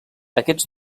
aquests